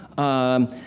um,